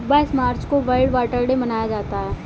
बाईस मार्च को world water day मनाया जाता है